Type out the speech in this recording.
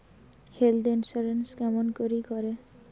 Health insurance কেমন করি করে?